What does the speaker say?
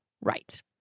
Right